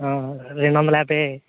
రెండొందల యాభై